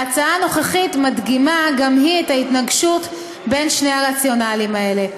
ההצעה הנוכחית מדגימה גם היא את ההתנגשות בין שני הרציונלים האלה.